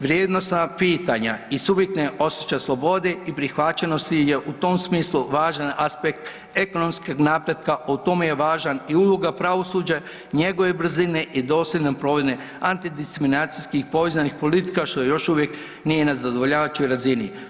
Vrijednosna pitanja i subjektivan osjećaj slobode i prihvaćenosti je u tom smislu važan aspekt ekonomskog napretka, o tome je važna i uloga pravosuđa, njegovoj brzini i dosljednoj provedbi antidiskriminacijskih povezanih politika što još uvijek nije na zadovoljavajućoj razini.